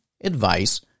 advice